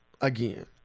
again